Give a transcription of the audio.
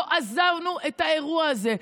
לא עזבנו את האירוע הזה.